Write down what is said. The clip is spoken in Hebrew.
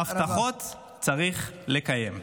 הבטחות צריך לקיים.